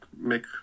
make